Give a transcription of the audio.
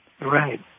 Right